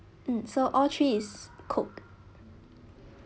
mm so all three is coke